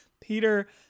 Peter